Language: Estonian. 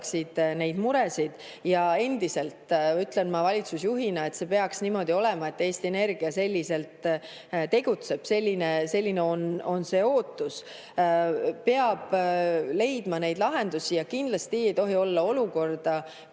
nende muresid. Ja endiselt ütlen ma valitsusjuhina, et see peaks niimoodi olema, Eesti Energia peaks selliselt tegutsema. Selline on ootus. Peab leidma lahendusi ja kindlasti ei tohi olla olukorda,